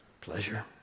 pleasure